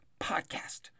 podcast